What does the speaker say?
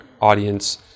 audience